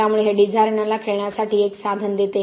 त्यामुळे हे डिझायनरला खेळण्यासाठी एक साधन देते